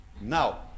Now